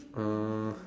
uh